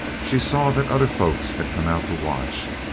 she saw that other folk had come out to watch,